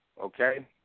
Okay